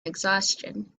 exhaustion